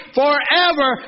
forever